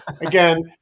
Again